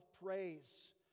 praise